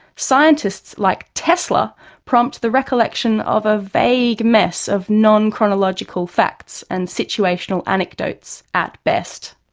scientists like tesla prompt the recollection of a vague mess of non-chronological facts and situational anecdotes at best.